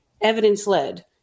evidence-led